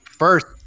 First